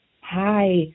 hi